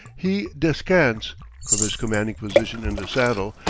he descants, from his commanding position in the saddle,